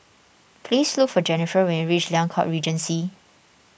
please look for Jennifer when you reach Liang Court Regency